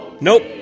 Nope